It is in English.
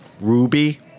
Ruby